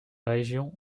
région